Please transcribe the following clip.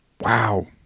wow